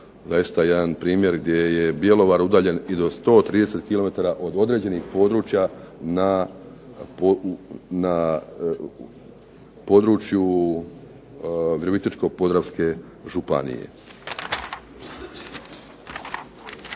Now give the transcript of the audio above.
zaista jedan primjer gdje je Bjelovar udaljen i do 130 kilometara od određenih područja na području Virovitičko-podravske županije.